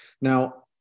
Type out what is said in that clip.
Now